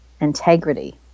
integrity